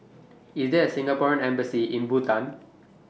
IS There A Singapore Embassy in Bhutan